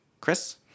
chris